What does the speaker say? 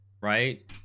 right